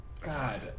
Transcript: God